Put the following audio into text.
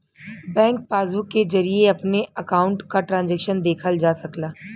bank passbook के जरिये अपने अकाउंट क ट्रांजैक्शन देखल जा सकला